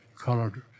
colored